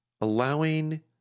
allowing